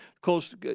close